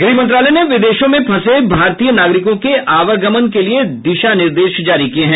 गृह मंत्रालय ने विदेशों में फंसे भारतीय नागरिकों के आवागमन के लिए दिशा निर्देश जारी किए हैं